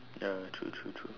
ya true true true